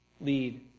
lead